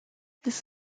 this